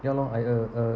ya lor I uh uh